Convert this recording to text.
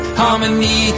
harmony